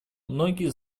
многие